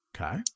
okay